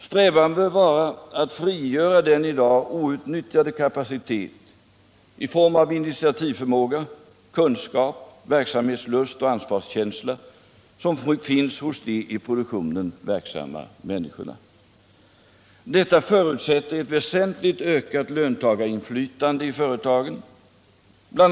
Strävan bör vara att frigöra den i dag outnyttjade kapacitet i form av initiativförmåga, kunskap, verksamhetslust och ansvarskänsla som finns hos de i produktionen verksamma människorna. Detta förutsätter ett väsentligt ökat löntagarinflytande i företagen. BI.